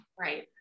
Right